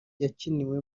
yakiniwe